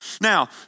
Now